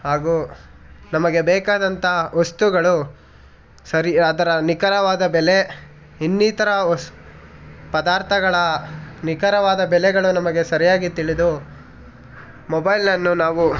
ಹಾಗೂ ನಮಗೆ ಬೇಕಾದಂಥ ವಸ್ತುಗಳು ಸರಿ ಅದರ ನಿಖರವಾದ ಬೆಲೆ ಇನ್ನಿತರ ವಸ್ ಪದಾರ್ಥಗಳ ನಿಖರವಾದ ಬೆಲೆಗಳು ನಮಗೆ ಸರಿಯಾಗಿ ತಿಳಿದು ಮೊಬೈಲನ್ನು ನಾವು